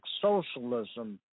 socialism